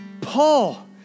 Paul